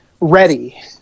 ready